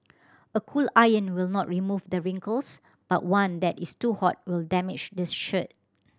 a cool iron will not remove the wrinkles but one that is too hot will damage this shirt